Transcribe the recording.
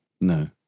No